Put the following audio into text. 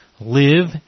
live